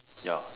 ya